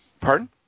Pardon